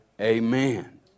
Amen